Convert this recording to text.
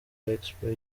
expo